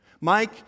Mike